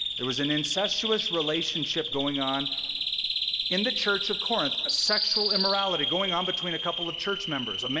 there was an incestuous relationship going on in the church of corinth, a sexual immorality going on between a couple of church members, i mean